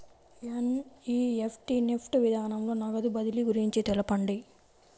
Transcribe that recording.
NEFT NEFT విధానంలో నగదు బదిలీ గురించి తెలుపండి?